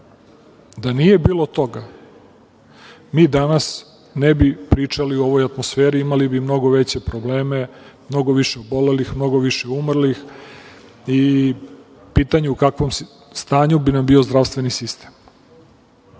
Da nije bilo toga mi danas ne bi pričali u ovoj atmosferi i imali bi mnogo veće probleme, mnogo više obolelih, mnogo više umrlih i pitanje u kakvom stanju bi nam bio zdravstveni sistem.